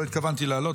לא התכוונתי לעלות,